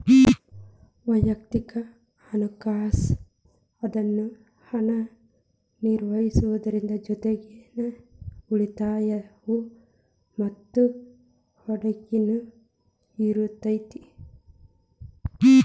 ವಯಕ್ತಿಕ ಹಣಕಾಸ್ ಅನ್ನುದು ಹಣನ ನಿರ್ವಹಿಸೋದ್ರ್ ಜೊತಿಗಿ ಉಳಿತಾಯ ಮತ್ತ ಹೂಡಕಿನು ಇರತೈತಿ